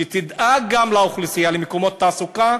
שתדאג לאוכלוסייה למקומות תעסוקה,